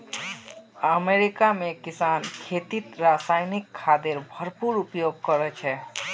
America में किसान खेतीत रासायनिक खादेर भरपूर उपयोग करो छे